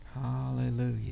Hallelujah